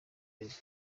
y’izuba